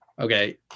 Okay